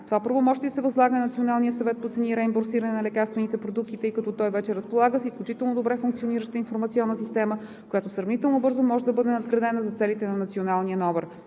Това правомощие се възлага на Националния съвет по цени и реимбурсиране на лекарствените продукти, тъй като той вече разполага с изключително добре функционираща информационна система, която сравнително бързо може да бъде надградена за целите на националния номер.